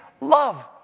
love